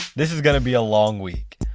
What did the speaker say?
this is going to be a long week.